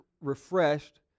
refreshed